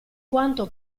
quanto